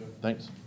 Thanks